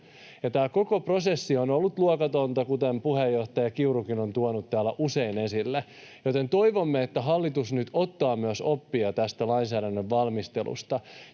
Tämä koko prosessi on ollut luokatonta, kuten puheenjohtaja Kiurukin on tuonut täällä usein esille, joten toivomme, että hallitus nyt ottaa myös oppia tästä lainsäädännön valmistelusta